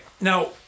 now